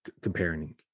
comparing